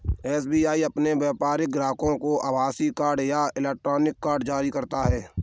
SBI अपने व्यापारिक ग्राहकों को आभासीय कार्ड या इलेक्ट्रॉनिक कार्ड जारी करता है